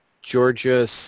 Georgia